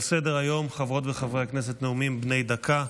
על סדר-היום, חברות וחברי הכנסת, נאומים בני דקה.